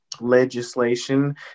legislation